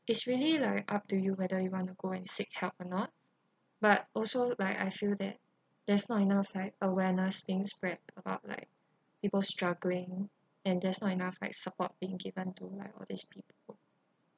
it's really like up to you whether you want to go and seek help or not but also like I feel that there's not enough like awareness being spread about like people struggling and there's not enough like support being given to like all these people